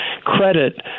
credit